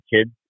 kids